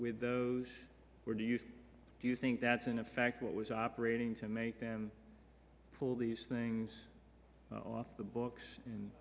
with those were do you do you think that's in effect what was operating to make them pull these things off the books